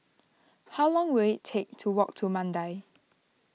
how long will it take to walk to Mandai